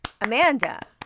Amanda